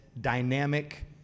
dynamic –